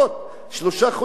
תקופת המתנה,